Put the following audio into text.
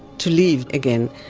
to live again,